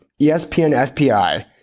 ESPN-FPI